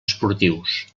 esportius